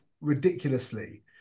ridiculously